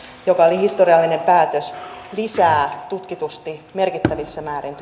joka oli historiallinen päätös lisää tutkitusti merkittävissä määrin